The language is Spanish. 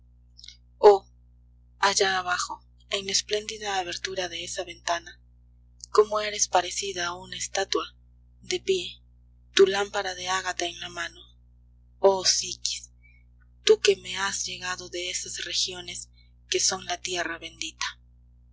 allá abajo en la espléndida abertura de esa ventana como eres parecida a una estatua de pie tu lámpara de ágata en la mano oh psiquis tu que me has llegado de esas regiones que son la tierra bendita